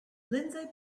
lindsey